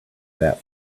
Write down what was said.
that